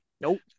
Nope